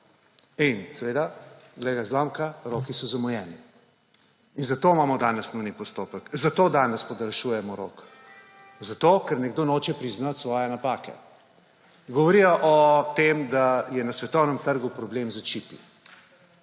In seveda, glej ga zlomka, roki so zamujeni. In zato imamo danes nujni postopek, zato danes podaljšujemo rok. Zato, ker nekdo noče priznati svoje napake. Govorijo o tem, da je na svetovnem trgu problem s čipi.